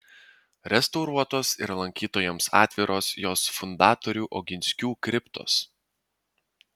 restauruotos ir lankytojams atviros jos fundatorių oginskių kriptos